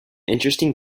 interesting